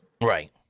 Right